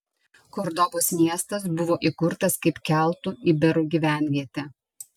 kordobos miestas buvo įkurtas kaip keltų iberų gyvenvietė